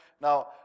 Now